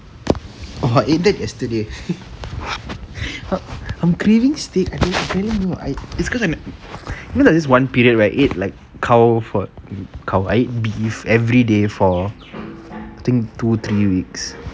oh I ate that yesterday I'm craving steak you know there's this one period right where I ate like cow cow I ate beef everyday for two three weeks